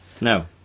no